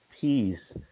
Peace